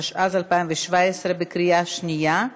10), התשע"ז 2017, בקריאה שנייה.